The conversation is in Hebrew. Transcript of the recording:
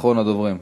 אחרון הדוברים.